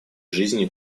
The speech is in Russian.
жизни